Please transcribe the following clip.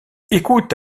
écoute